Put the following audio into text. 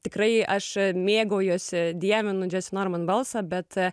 tikrai aš mėgaujuosi dievinu džesinorman balsą bet